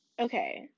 Okay